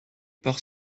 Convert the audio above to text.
par